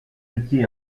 outils